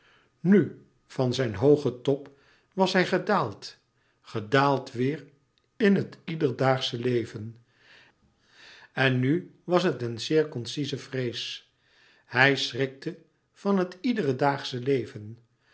nu van zijn hoogen top was hij gedaald gedaald weêr in het iederen daagsche leven en nu was het een zeer concieze vrees hij schrikte van het iederen daagsche leven